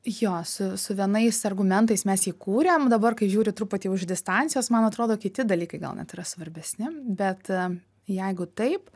jo su su vienais argumentais mes jį kūrėm dabar kai žiūriu truputį jau iš distancijos man atrodo kiti dalykai gal net yra svarbesni bet jeigu taip